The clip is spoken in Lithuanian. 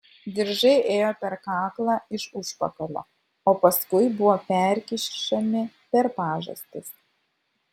diržai ėjo per kaklą iš užpakalio o paskui buvo perkišami per pažastis